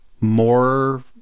more